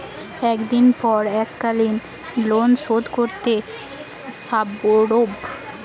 কতদিন পর এককালিন লোনশোধ করতে সারব?